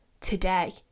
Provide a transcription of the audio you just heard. today